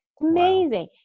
Amazing